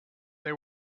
they